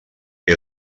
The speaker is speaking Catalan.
que